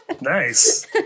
nice